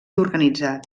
organitzat